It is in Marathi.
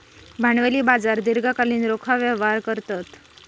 भांडवली बाजार दीर्घकालीन रोखा व्यवहार करतत